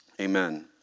Amen